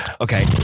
Okay